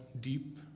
deep